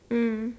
mm